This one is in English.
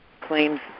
claims